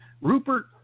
Rupert